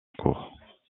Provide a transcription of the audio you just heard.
cours